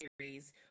series